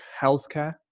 healthcare